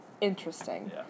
interesting